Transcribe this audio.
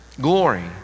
glory